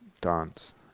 dance